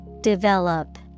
Develop